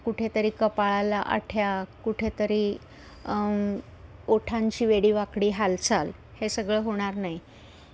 कुठेतरी कपाळाला आठ्या कुठेतरी ओठांची वेडीवाकडी हालचाल हे सगळं होणार नाही